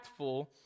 impactful